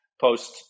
post